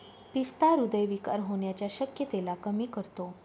पिस्ता हृदय विकार होण्याच्या शक्यतेला कमी करतो